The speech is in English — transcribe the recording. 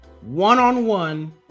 One-on-one